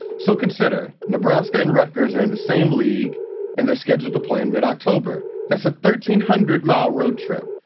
so consider nebraska and rutgers are in the same league and they're scheduled to play in mid-october. that's a thirteen hundred mile road trip,